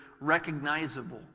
recognizable